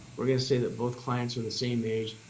we're gonna say that both clients are the same age,